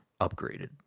upgraded